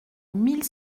mille